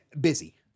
busy